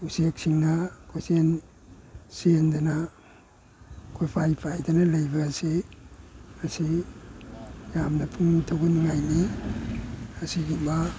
ꯎꯆꯦꯛꯁꯤꯡꯅ ꯀꯣꯏꯆꯦꯟ ꯆꯦꯟꯗꯅ ꯀꯣꯏꯄꯥꯏ ꯄꯥꯏꯗꯅ ꯂꯩꯕ ꯑꯁꯤ ꯑꯁꯤ ꯌꯥꯝꯅ ꯄꯨꯛꯅꯤꯡ ꯊꯧꯒꯠꯅꯤꯡꯉꯥꯏꯅꯤ ꯑꯁꯤꯒꯨꯝꯕ